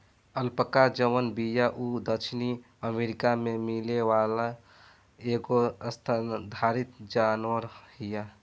alpaca जवन बिया उ दक्षिणी अमेरिका में मिले वाली एगो स्तनधारी जानवर हिय